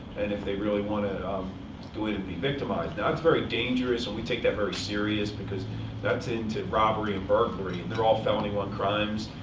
and if they really want to go in and be victimized. now, it's very dangerous, and we take that very serious, because into robbery and burglary. and they're all felony one crimes.